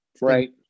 Right